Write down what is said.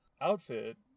outfit